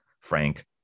Frank